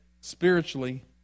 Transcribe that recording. spiritually